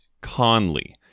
Conley